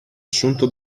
assunto